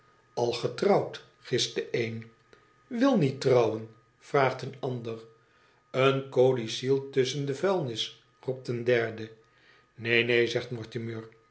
al getrouwd gist de een wil niet trouwen vraagt een ander leen codicil tusschen de vuilnis roept een derde need neen zegt mortimer